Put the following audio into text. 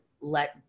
let